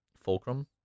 fulcrum